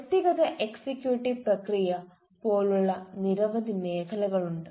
വ്യക്തിഗത എക്സിക്യൂട്ടീവ് പ്രക്രിയ പോലുള്ള നിരവധി മേഖലകളുണ്ട്